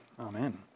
Amen